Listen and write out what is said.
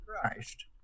Christ